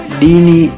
dini